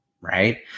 right